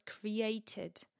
created